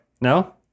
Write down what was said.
No